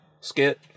skit